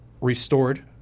Restored